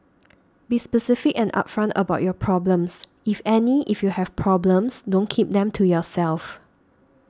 be specific and upfront about your problems if any if you have problems don't keep them to yourself